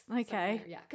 Okay